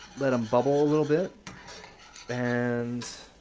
let them bubble a little bit and